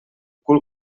cul